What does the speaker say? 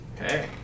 Okay